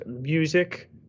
music